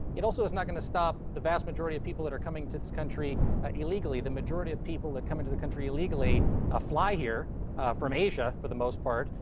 it also is not gonna stop the vast majority of people that are coming to this country ah illegally. the majority of people that come into the country illegally ah fly here from asia, for the most part,